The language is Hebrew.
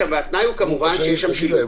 התנאי הוא, כמובן, שיש שם שילוט.